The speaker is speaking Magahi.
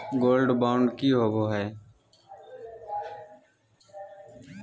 गोल्ड बॉन्ड की होबो है?